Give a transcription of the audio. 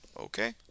okay